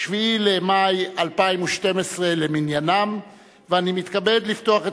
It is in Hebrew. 7 9 במאי 2012 / 25 חוברת כ"ה